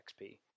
XP